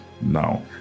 now